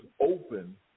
open